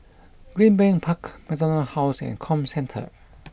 Greenbank Park MacDonald House and Comcentre